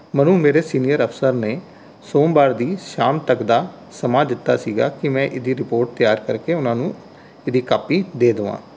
ਮੈਨੂੰ ਮੇਰੇ ਸੀਨੀਅਰ ਅਫ਼ਸਰ ਨੇ ਸੋਮਵਾਰ ਦੀ ਸ਼ਾਮ ਤੱਕ ਦਾ ਸਮਾਂ ਦਿੱਤਾ ਸੀਗਾ ਕਿ ਮੈਂ ਇਹਦੀ ਰਿਪੋਰਟ ਤਿਆਰ ਕਰਕੇ ਉਹਨਾਂ ਨੂੰ ਇਹਦੀ ਕਾਪੀ ਦੇ ਦੇਵਾਂ